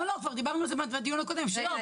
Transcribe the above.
כבר דיברנו על זה בדיון הקודם שלא.